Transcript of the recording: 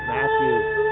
Matthew